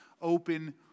open